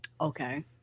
Okay